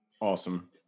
Awesome